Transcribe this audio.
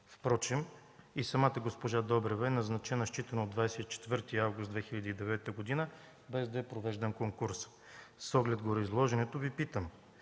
Впрочем и самата госпожа Добрева е назначена, считано от 24 август 2009 г., без да е провеждан конкурс. С оглед на гореизложеното Ви питам: